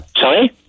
sorry